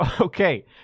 okay